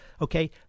okay